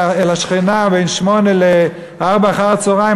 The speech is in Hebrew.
השכנה בין 08:00 ל-04:00 אחר הצהריים,